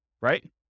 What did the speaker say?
right